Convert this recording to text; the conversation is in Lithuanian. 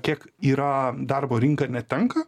kiek yra darbo rinka netenka